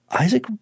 Isaac